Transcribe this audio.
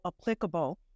applicable